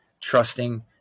trusting